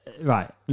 right